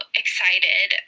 excited